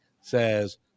says